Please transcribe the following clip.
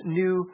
new